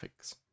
graphics